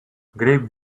grape